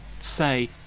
say